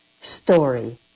story